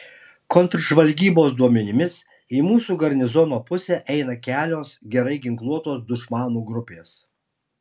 kontržvalgybos duomenimis į mūsų garnizono pusę eina kelios gerai ginkluotos dušmanų grupės